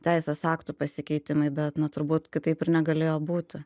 teisės aktų pasikeitimai bet na turbūt kitaip ir negalėjo būti